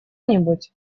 нибудь